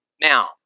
Now